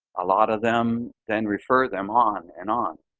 a lot of them then refer them on and on.